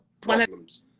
problems